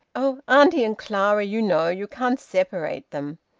oh, auntie and clara, you know you can't separate them.